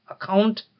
account